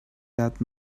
that